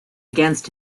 against